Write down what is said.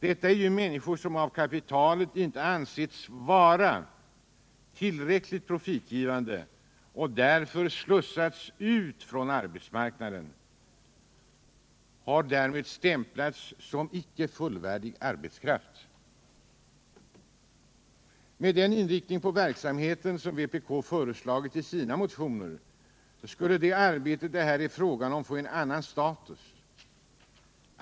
Detta är ju människor som av kapitalet inte ansetts vara tillräckligt profitgivande och som därför slussats ut från arbetsmarknaden. De har stämplats som inte fullvärdig arbetskraft. Med den inriktning på verksamheten som vpk föreslagit i sina motioner skulle det arbete det här är fråga om få en annan status.